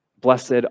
Blessed